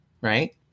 right